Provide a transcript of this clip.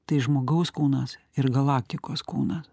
tai žmogaus kūnas ir galaktikos kūnas